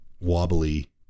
wobbly